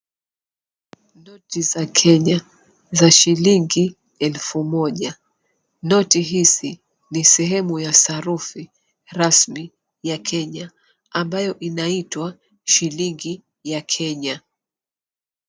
Noti za Kenya za shilingi elfu moja. Noti hizi ni sehemu ya sarufi rasmi ya Kenya ambayo inaitwa shilingi ya Kenya.